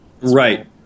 Right